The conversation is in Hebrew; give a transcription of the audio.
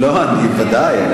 ודאי.